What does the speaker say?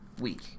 week